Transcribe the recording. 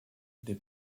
des